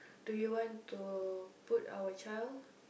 do you want to put our child